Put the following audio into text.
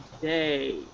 today